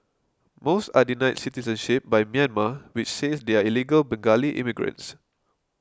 most are denied citizenship by Myanmar which says they are illegal Bengali immigrants